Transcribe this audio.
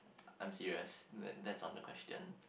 I'm serious tha~ that's on the question